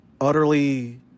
utterly